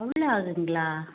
அவ்வளோ ஆகுதுங்களா